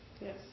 Yes